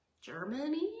Germany